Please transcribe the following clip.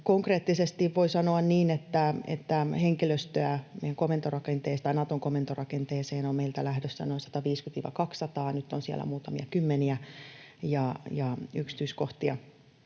Konkreettisesti voi sanoa niin, että henkilöstöä Naton komentorakenteeseen on meiltä lähdössä noin 150—200. Nyt on siellä muutamia kymmeniä, ja yksityiskohtia